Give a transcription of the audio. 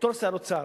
בתור שר אוצר,